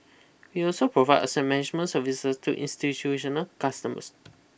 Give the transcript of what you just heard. we also provide asset management services to institutional customers